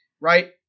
Right